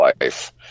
life